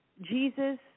Jesus